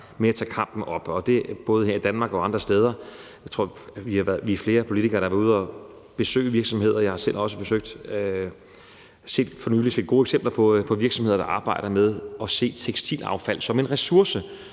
med at tage kampen op, og det er både her i Danmark og andre steder. Vi er flere politikere, der har været ude og besøge virksomheder, jeg har selv også for nylig set gode eksempler på virksomheder, der arbejder med at se tekstilaffald som en ressource,